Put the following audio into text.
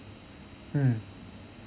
mm